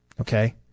Okay